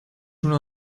uno